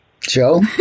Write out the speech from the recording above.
Joe